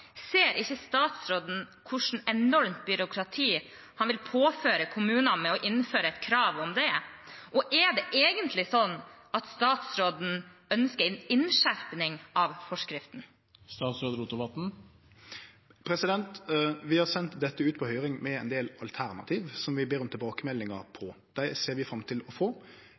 Ser ikke statsråden hva slags enormt byråkrati han vil påføre kommunene med å innføre et krav om det, og er det egentlig slik at statsråden ønsker en innskjerping av forskriften? Vi har sendt dette ut på høyring med ein del alternativ som vi ber om tilbakemeldingar på. Dei ser vi fram til å få.